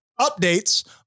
updates